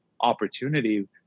opportunity